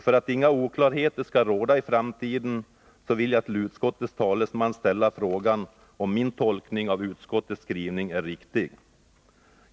För att inga oklarheter skall råda i framtiden vill jag till utskottets talesman ställa frågan, om min tolkning av utskottets skrivning är riktig.